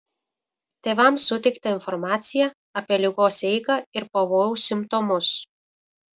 tėvams suteikta informacija apie ligos eigą ir pavojaus simptomus